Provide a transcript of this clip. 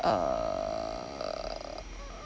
err